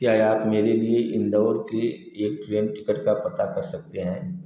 क्या आप मेरे लिए इंदौर के एक ट्रेन टिकट का पता कर सकते हैं